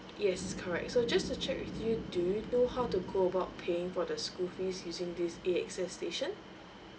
yes correct so just to check with you do you know how to go about paying for the school fees using this A_X_S station